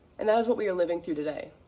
and as what we are living through today,